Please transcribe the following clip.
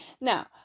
Now